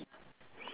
mmhmm